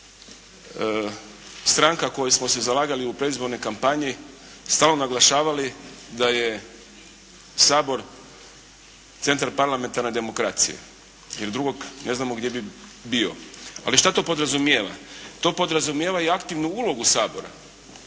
stranka koji smo se zalagali u predizbornoj kampanji stalno naglašavali da je Sabor centar parlamentarne demokracije, jer drugog ne znamo gdje bi bio. Ali šta to podrazumijeva? To podrazumijeva i aktivnu ulogu Sabora.